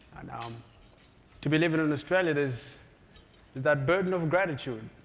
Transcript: and um to be living in australia is is that burden of gratitude.